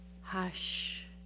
hush